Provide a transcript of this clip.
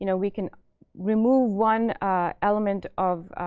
you know we can remove one element of